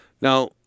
Now